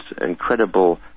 incredible